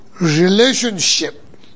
relationship